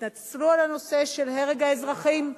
התנצלו על הנושא של הרג האזרחים,